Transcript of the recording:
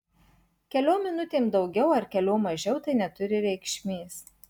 keliom minutėm daugiau ar keliom mažiau tai neturi reikšmės